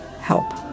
help